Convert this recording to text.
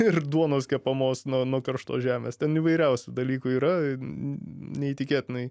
ir duonos kepamos nuo nuo karštos žemės ten įvairiausių dalykų yra neįtikėtinai